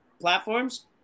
platforms